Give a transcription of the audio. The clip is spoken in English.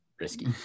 Risky